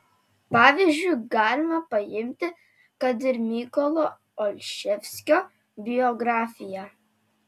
pavyzdžiu galima paimti kad ir mykolo olševskio biografiją